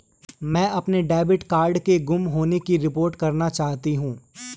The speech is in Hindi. मैं अपने डेबिट कार्ड के गुम होने की रिपोर्ट करना चाहती हूँ